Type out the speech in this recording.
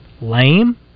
lame